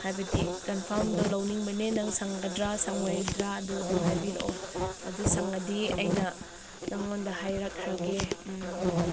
ꯍꯥꯏꯕꯗꯤ ꯀꯟꯐꯥꯝꯗꯣ ꯂꯧꯅꯤꯡꯕꯅꯦ ꯅꯪ ꯁꯪꯒꯗ꯭ꯔꯥ ꯁꯪꯉꯣꯏꯗ꯭ꯔꯥ ꯑꯗꯨꯗꯣ ꯍꯥꯏꯕꯤꯔꯛꯑꯣ ꯑꯗꯨ ꯁꯪꯉꯗꯤ ꯑꯩꯅ ꯅꯪꯉꯣꯟꯗ ꯍꯥꯏꯔꯛꯈ꯭ꯔꯒꯦ